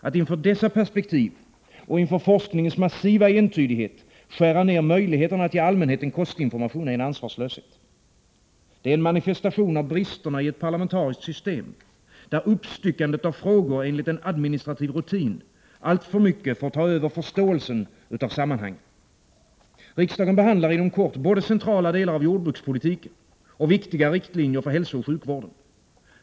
Att inför dessa perspektiv och inför forskningens massiva entydighet skära ner möjligheten att ge allmänheten kostinformation är en ansvarslöshet. Det är en manifestation av bristerna i ett parlamentariskt system där uppstyckandet av frågor enligt en administrativ rutin alltför mycket får ta över förståelsen av sammanhangen. Riksdagen behandlar inom kort både centrala delar av jordbrukspolitiken och viktiga riktlinjer för hälsooch sjukvården.